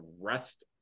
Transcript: rest